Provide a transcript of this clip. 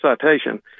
Citation